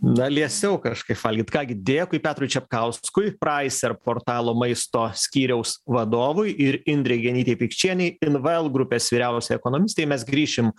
na liesiau kažkaip valgyt ką gi dėkui petrui čepkauskui praiser portalo maisto skyriaus vadovui ir indrei genytei pikčienei invel grupės vyriausiai ekonomistei mes grįšim